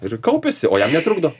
ir kaupiasi o jam netrukdo